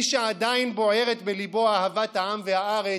מי שעדיין בוערת בליבו אהבת העם והארץ,